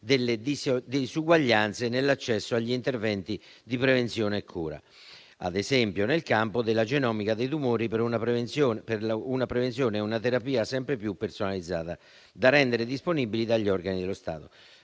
delle disuguaglianze nell'accesso agli interventi di prevenzione e cura, ad esempio nel campo della genomica dei tumori, per una prevenzione e una terapia sempre più personalizzate, da rendere disponibili da parte degli organi dello Stato.